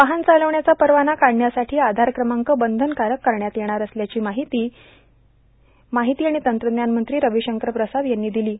वाहन चालवण्याचा परवाना काढण्यासाठी आधार क्रमांक बंधनकारक करण्यात येणार असल्याचं मार्ाहती आर्गण तंत्रज्ञान मंत्री र्रावशंकर प्रसाद यांनी म्हटलं आहे